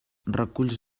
reculls